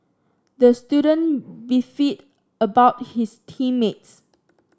the student beefed about his team mates